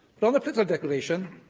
but on the political declaration,